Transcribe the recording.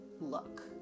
look